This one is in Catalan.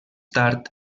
tard